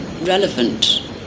relevant